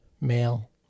male